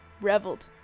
reveled